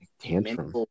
Tantrum